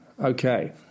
Okay